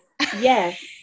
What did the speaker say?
yes